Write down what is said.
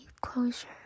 closure